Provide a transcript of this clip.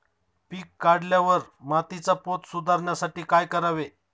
पीक काढल्यावर मातीचा पोत सुधारण्यासाठी काय करावे?